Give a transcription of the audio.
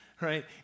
right